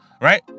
right